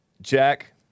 Jack